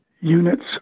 units